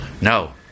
No